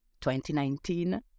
2019